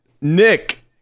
Nick